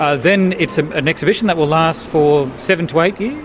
ah then it's ah an exhibition that will last for seven to eight years?